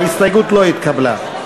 59. ההסתייגות לא התקבלה.